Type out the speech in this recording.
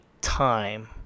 time